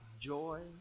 joy